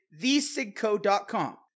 thesigco.com